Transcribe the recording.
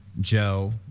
Joe